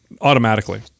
automatically